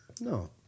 No